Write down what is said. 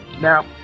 Now